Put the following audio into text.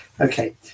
Okay